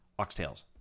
oxtails